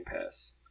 Pass